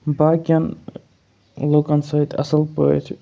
باقٕیَن لُکَن سۭتۍ اَصٕل پٲٹھۍ